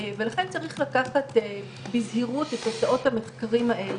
שהן מפחדות מהקרינה,